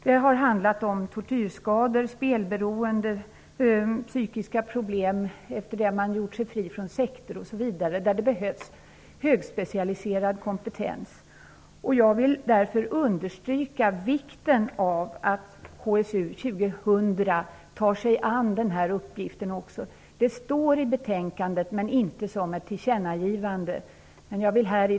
Det har handlat om tortyrskador, spelberoende, psykiska problem sedan man har gjort sig fri från sekter osv. där det behövs högspecialiserad kompetens. Jag vill därför understryka vikten av att HSU 2000 tar sig an även denna uppgift. Det står i betänkandet men inte såsom ett tillkännagivande.